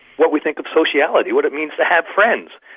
what we think of sociality, what it means to have friends.